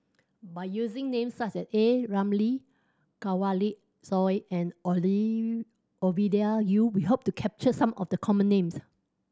by using names such as A Ramli Kanwaljit Soin and Oli Ovidia Yu we hope to capture some of the common names